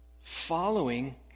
following